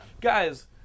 guys